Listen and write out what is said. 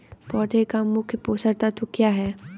पौधे का मुख्य पोषक तत्व क्या हैं?